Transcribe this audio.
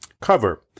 cover